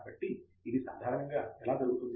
కాబట్టి ఇది సాధారణంగా ఎలా జరుగుతుంది